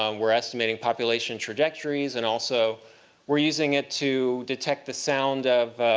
um we're estimating population trajectories, and also we're using it to detect the sound of